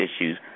issues